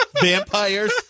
vampires